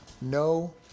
No